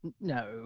No